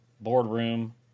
boardroom